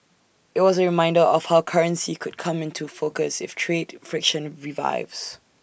IT was A reminder of how currency could come into focus if trade friction revives